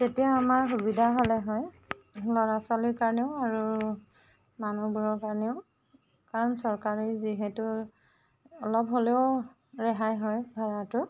তেতিয়া আমাৰ সুবিধা হ'লে হয় ল'ৰা ছোৱালী কাৰণেও আৰু মানুহবোৰৰ কাৰণেও কাৰণ চৰকাৰী যিহেতু অলপ হ'লেও ৰেহাই হয় ভাড়াটো